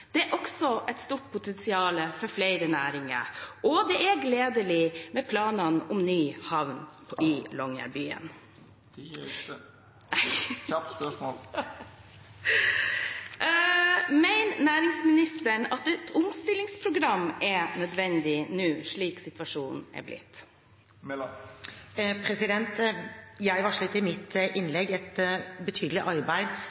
Det er også et stort potensial for flere næringer, og det er gledelig med planene om ny havn i Longyearbyen Tida er ute – eit kjapt spørsmål, takk. Mener næringsministeren at et omstillingsprogram er nødvendig nå, slik situasjonen har blitt? Jeg varslet i mitt innlegg et betydelig arbeid